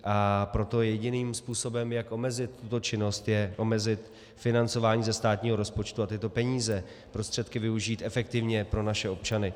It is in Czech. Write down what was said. A proto jediným způsobem, jak omezit tuto činnost, je omezit financování ze státního rozpočtu a tyto peníze, prostředky využít efektivně pro naše občany.